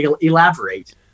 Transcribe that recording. elaborate